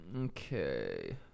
Okay